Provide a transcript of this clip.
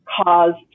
caused